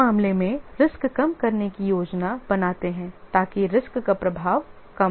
इस मामले में रिस्क कम करने की योजना बनाते हैं ताकि रिस्क का प्रभाव कम हो